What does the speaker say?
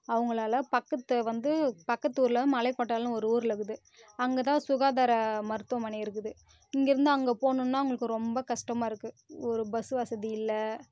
அவங்களால பக்கத்து வந்து பக்கத்தில் ஊரில் மலைக்கோட்டல்னு ஒரு ஊரில் இருக்குது அங்கேதான் சுகாதார மருத்துவமனை இருக்குது இங்கிருந்து அங்கே போகணுன்னா அவங்களுக்கு ரொம்ப கஷ்டமா இருக்குது ஒரு பஸ் வசதி இல்லை